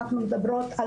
כולל